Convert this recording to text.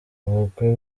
ubukwe